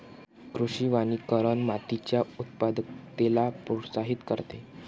कृषी वनीकरण मातीच्या उत्पादकतेला प्रोत्साहित करते